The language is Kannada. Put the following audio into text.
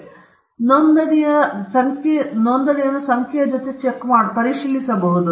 ಇದು ಮತ್ತು ನೋಂದಾವಣೆ ಒಂದು ಚೆಕ್ ಮಾಡುತ್ತದೆ ಚೆಕ್ ತೆರವುಗೊಳಿಸಲಾಗಿದೆ ವೇಳೆ ನಂತರ ನೀವು ನಿಮ್ಮ ಬಲ ಪಡೆಯುವುದು